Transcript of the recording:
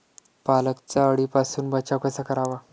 पालकचा अळीपासून बचाव कसा करावा?